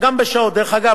דרך אגב,